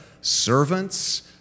servants